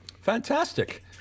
fantastic